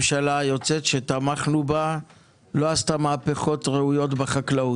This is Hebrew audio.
ולא מאפשרים לממשלה הנכנסת לגבש את המדיניות שלה ולהתוות אותה.